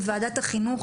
בוועדת החינוך,